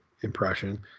impression